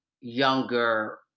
younger